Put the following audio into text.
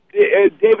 David